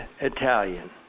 Italian